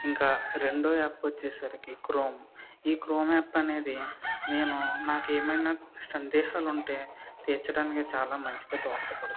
ఇంకా రెండో యాప్ వచ్చేసరికి క్రోమ్ ఈ క్రోమ్ యాప్ అనేది నేను నాకు ఏమైనా సందేహాలు ఉంటే తీర్చడానికి చాలా మంచిగా దోహదపడుతుంది